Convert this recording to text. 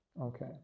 Okay